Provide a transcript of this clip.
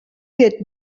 wird